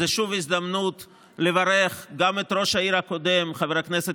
זו שוב הזדמנות לברך גם את ראש העיר הקודם חבר הכנסת